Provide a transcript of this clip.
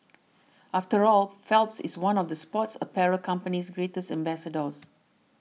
after all Phelps is one of the sports apparel company's greatest ambassadors